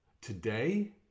today